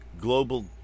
global